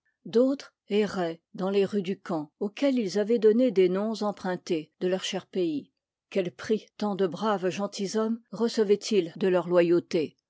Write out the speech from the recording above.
d'autres erroient dans les rues du camp auxquelles ils avoient donné des noms empruntés de leur cher pays quel prix tant de braves gentilshommes recevoient ils de leur loyauté